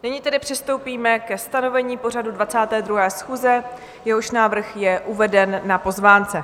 Nyní tedy přistoupíme ke stanovení pořadu 22. schůze, jehož návrh je uveden na pozvánce.